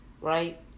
right